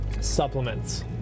supplements